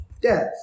death